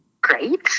great